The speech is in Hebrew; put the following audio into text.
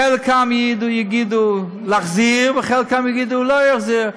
חלקם יגידו להחזיר וחלקם יגידו לא להחזיר.